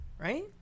Right